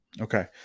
Okay